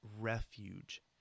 refuge